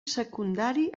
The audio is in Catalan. secundari